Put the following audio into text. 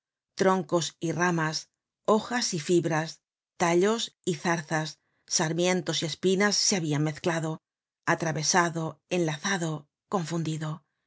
troncos y ramas hojas y fibras tallos y zarzas sarmientos y espinas se habian mezclado atravesado enlazado confundido